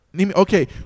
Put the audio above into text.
okay